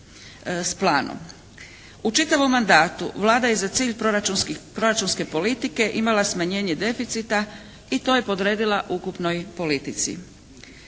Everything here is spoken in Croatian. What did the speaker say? U čitavom mandatu Vlada je za cilj proračunske politike imala smanjenje deficita i to je podredila ukupnoj politici.